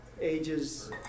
ages